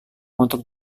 untuk